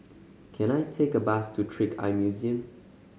can I take a bus to Trick Eye Museum